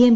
M